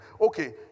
okay